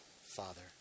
Father